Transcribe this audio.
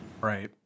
Right